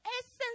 essence